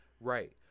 Right